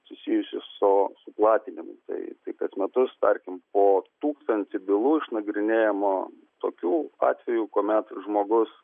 susijusios su su platinimu tai kas metus tarkim po tūkstantį bylų išnagrinėjama tokių atvejų kuomet žmogus